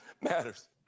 matters